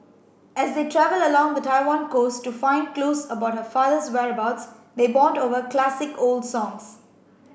as they travel along the Taiwan coast to find clues about her father's whereabouts they bond over classic old songs